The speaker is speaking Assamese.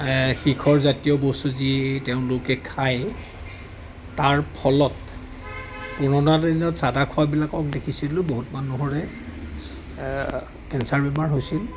শিখৰ জাতীয় বস্তু যি তেওঁলোকে খায় তাৰ ফলত পুৰণা দিনত চাদা খোৱাবিলাকক দেখিছিলোঁ বহুত মানুহৰে কেঞ্চাৰ বেমাৰ হৈছিল